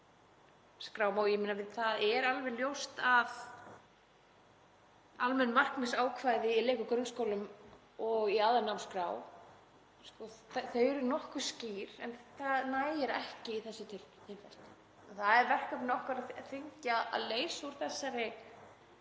á námskrám og það er alveg ljóst að almenn markmiðsákvæði í leik- og grunnskólum og í aðalnámskrá eru nokkuð skýr en það nægir ekki í þessu tilfelli. Það er verkefni okkar á þingi að leysa úr þessari